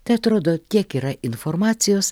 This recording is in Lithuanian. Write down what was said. teatrodo tiek yra informacijos